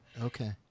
Okay